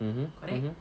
mmhmm mmhmm